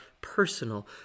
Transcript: personal